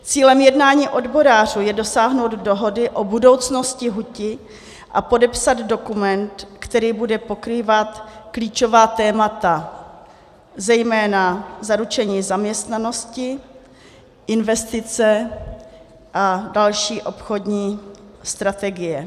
Cílem jednání odborářů je dosáhnout dohody o budoucnosti huti a podepsat dokument, který bude pokrývat klíčová témata, zejména zaručení zaměstnanosti, investice a další obchodní strategii.